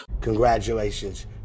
congratulations